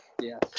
Yes